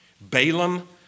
Balaam